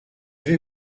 vais